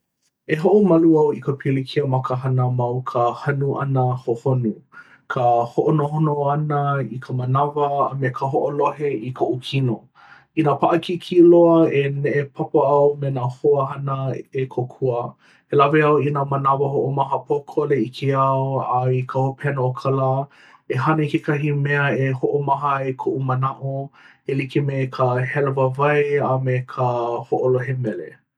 E hoʻomalu au i ka pilikia ma ka hana ma o ka hanu ʻana hohonu, ka hoʻonohonoho ʻana i ka manawa, a me ka hoʻolohe i koʻu kino. Inā paʻakikī loa, e neʻepapa au me nā hoa hana e kōkua. E lawe au i nā manawa hoʻomaha pōkole i ke ao, a i ka hopena o ka lā, e hana i kekahi mea e hoʻomaha ai koʻu manaʻo, e like me ka hele wāwae a me ka hoʻolohe mele.